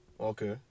Okay